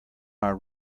our